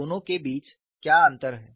दोनों के बीच क्या अंतर है